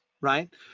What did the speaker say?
right